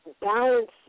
Balance